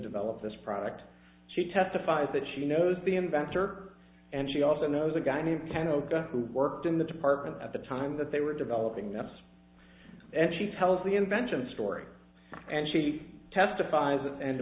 develop this product she testifies that she knows the inventor and she also knows a guy named ken opa who worked in the department at the time that they were developing them and she tells the invention story and she testifies and